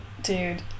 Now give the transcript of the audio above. dude